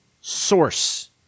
source